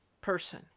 person